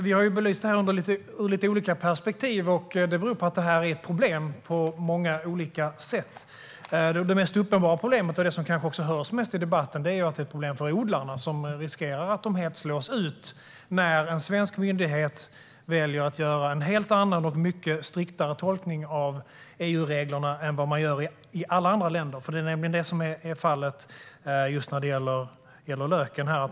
Vi har belyst detta ur lika olika perspektiv, och det beror på att det är ett problem på många olika sätt. Det mest uppenbara problemet, och det som kanske också hörs mest i debatten, är att odlarna riskerar att helt slås ut när en svensk myndighet väljer att göra en helt annan och mycket striktare tolkning av EU-reglerna än vad man gör i alla andra länder. Det är nämligen det som är fallet just när det gäller löken.